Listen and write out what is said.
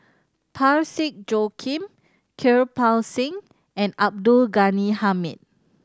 Parsick Joaquim Kirpal Singh and Abdul Ghani Hamid